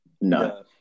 No